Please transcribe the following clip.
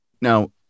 Now